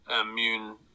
immune